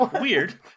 weird